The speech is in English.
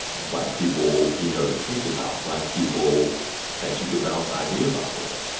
black people, you know, to think about, black people that you could bounce ideas off of.